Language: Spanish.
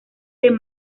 del